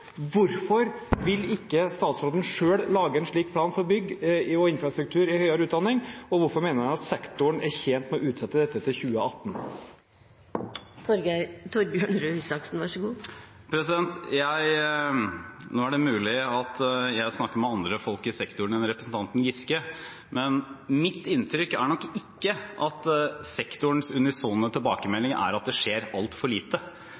Hvorfor vil ikke statsråden selv lage en slik plan for bygg og infrastruktur i høyere utdanning? Og hvorfor mener han at sektoren er tjent med å utsette dette til 2018? Det er mulig at jeg snakker med andre folk i sektoren enn representanten Giske gjør, men mitt inntrykk er nok ikke at sektorens unisone tilbakemelding er at det skjer altfor lite,